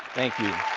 thank you.